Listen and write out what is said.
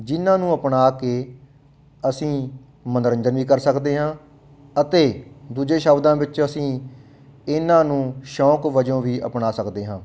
ਜਿਨ੍ਹਾਂ ਨੂੰ ਅਪਣਾ ਕੇ ਅਸੀਂ ਮਨੋਰੰਜਨ ਵੀ ਕਰ ਸਕਦੇ ਹਾਂ ਅਤੇ ਦੂਜੇ ਸ਼ਬਦਾਂ ਵਿੱਚ ਅਸੀਂ ਇਹਨਾਂ ਨੂੰ ਸ਼ੌਕ ਵਜੋਂ ਵੀ ਅਪਣਾ ਸਕਦੇ ਹਾਂ